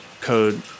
code